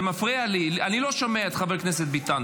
זה מפריע לי, אני לא שומע את חבר הכנסת ביטן.